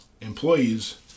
employees